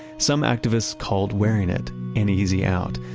some activists called wearing it an easy out.